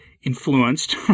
influenced